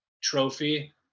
trophy